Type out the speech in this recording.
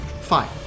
Fine